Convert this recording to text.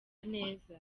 neza